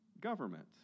government